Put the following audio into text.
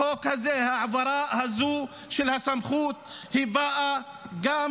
החוק הזה, ההעברה הזו של הסמכות, באה גם